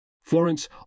Florence